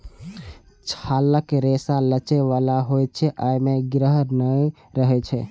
छालक रेशा लचै बला होइ छै, अय मे गिरह नै रहै छै